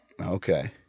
okay